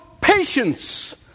patience